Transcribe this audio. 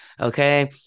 okay